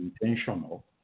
intentional